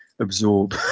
absorb